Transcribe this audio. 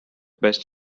best